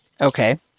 Okay